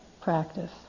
practice